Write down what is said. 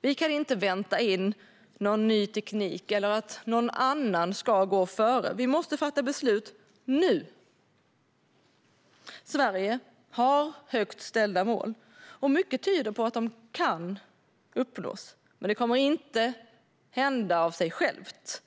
Vi kan inte vänta in någon ny teknik eller att någon annan ska gå före. Vi måste fatta beslut nu. Sverige har högt ställda mål. Mycket tyder på att de kan uppnås, men det kommer inte att hända av sig självt.